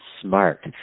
smart